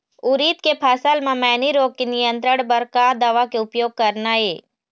उरीद के फसल म मैनी रोग के नियंत्रण बर का दवा के उपयोग करना ये?